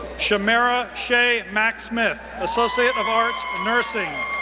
shemara shay mack-smith, associate of arts, nursing.